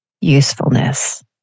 usefulness